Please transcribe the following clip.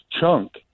chunk